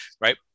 right